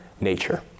nature